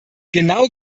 genau